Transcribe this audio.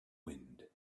wind